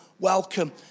welcome